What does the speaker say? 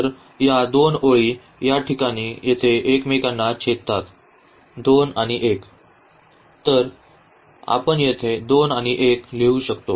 तर या दोन ओळी या ठिकाणी येथे एकमेकांना छेदतात 2 आणि 1 तर आपण येथे 2 आणि 1 लिहू शकतो